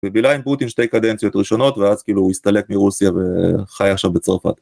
הוא בילה עם פוטין שתי קדנציות ראשונות ואז כאילו הוא הסתלק מרוסיה וחי עכשיו בצרפת.